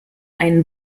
einen